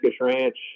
Ranch